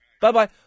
Bye-bye